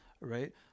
Right